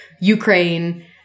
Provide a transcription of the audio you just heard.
ukraine